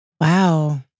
Wow